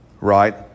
Right